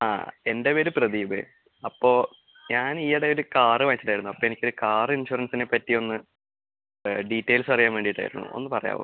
ആ എൻ്റെ പേര് പ്രദീപ് അപ്പോൾ ഞാൻ ഈയിടെ ഒരു കാർ മേടിച്ചിരുന്നു അപ്പോൾ എനിക്കൊരു കാർ ഇൻഷുറൻസിനെ പറ്റിയൊന്ന് ഡീറ്റെയിൽസ് അറിയാൻ വേണ്ടിയിട്ടായിരുന്നു ഒന്ന് പറയാമോ